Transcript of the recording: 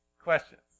Questions